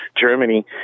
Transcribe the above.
Germany